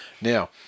Now